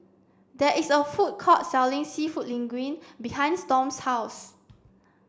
there is a food court selling Seafood Linguine behind Storm's house